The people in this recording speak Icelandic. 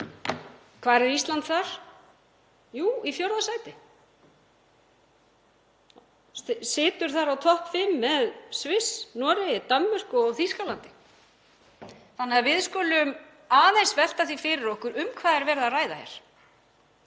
Hvar er Ísland þar? Jú, í fjórða sæti. Situr þar á topp fimm með Sviss, Noregi, Danmörku og Þýskalandi. Við skulum aðeins velta því fyrir okkur um hvað er verið að ræða hér.